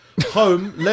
home